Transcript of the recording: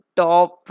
top